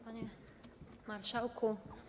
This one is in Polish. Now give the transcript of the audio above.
Panie Marszałku!